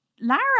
lara